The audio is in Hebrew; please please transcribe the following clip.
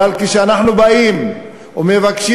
אבל כשאנחנו באים ומבקשים,